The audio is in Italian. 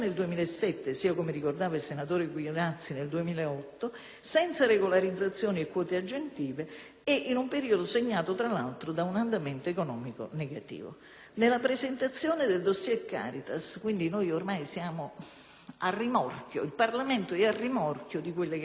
e in un periodo segnato, tra l'altro, da un andamento economico negativo. Nella presentazione del *dossier* Caritas (quindi ormai il Parlamento è a rimorchio di quanto associazioni di vario genere, in questo caso un'associazione cattolica,